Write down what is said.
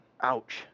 Ouch